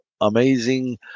amazing